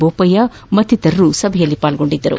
ಬೋಪಯ್ಯ ಮತ್ತಿತರರು ಸಭೆಯಲ್ಲಿ ಪಾಲ್ಗೊಂಡಿದ್ದರು